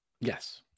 yes